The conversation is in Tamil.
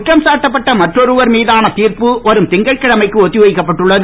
குற்றம்சாட்டப்பட்ட மற்றொருவர் மீதான திர்ப்பு வரும் திங்கட்கிழமைக்கு ஒத்திவைக்கப்பட்டுள்ளது